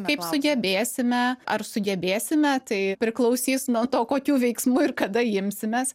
kaip sugebėsime ar sugebėsime tai priklausys nuo to kokių veiksmų ir kada imsimės